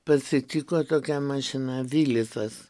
pasitiko tokia mašina vilisas